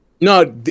No